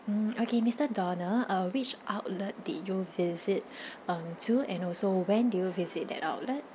mm okay mister donald uh which outlet did you visit um to and also when did you visit that outlet